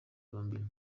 columbia